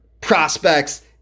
prospects